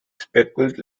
speckled